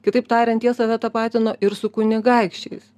kitaip tariant jie save tapatino ir su kunigaikščiais